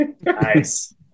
Nice